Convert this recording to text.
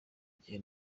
gihe